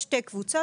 יש שתי קבוצות.